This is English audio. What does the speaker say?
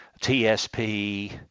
TSP